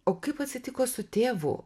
o kaip atsitiko su tėvu